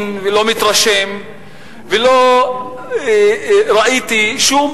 אני לא רואה ולא מבין ולא מתרשם ולא ראיתי שום